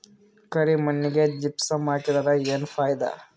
ಕರಿ ಮಣ್ಣಿಗೆ ಜಿಪ್ಸಮ್ ಹಾಕಿದರೆ ಏನ್ ಫಾಯಿದಾ?